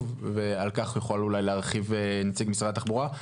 ועל כך יוכל אולי להרחיב נציג משרד התחבורה.